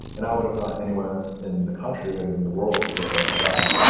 and i would have gone anywhere in the country and and in the world to get that job.